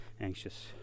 Anxious